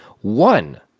one